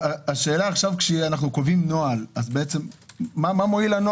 כשאנחנו קובעים נוהל, מה הוא מועיל?